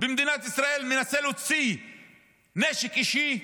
במדינת ישראל מנסה להוציא נשק אישי,